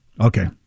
Okay